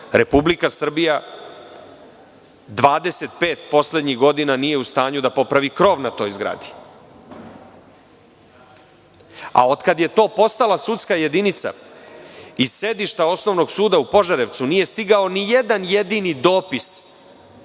Republika Srbija 25 poslednjih godina nije u stanju da popravi krov na toj zgradi. Od kad je to postala sudska jedinica iz sedišta Osnovnog suda u Požarevcu, nije stigao ni jedan jedini dopis